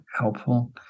helpful